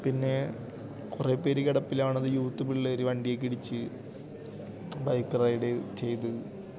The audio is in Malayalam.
പിന്നെ കുറേ പേര് കിടപ്പിലാവുന്നത് യൂത്ത് പിള്ളേർ വണ്ടിക്ക് ഇടിച്ചു ബൈക്ക് റൈഡ് ചെയ്തു